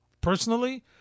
personally